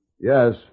Yes